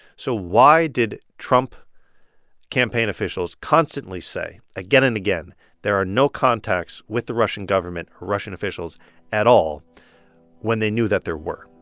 so why did trump campaign officials constantly say again and again there are no contacts with the russian government or russian officials at all when they knew that there were?